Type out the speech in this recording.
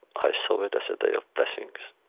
i saw it as a day of blessings.